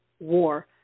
war